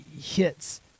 hits